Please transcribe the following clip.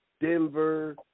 Denver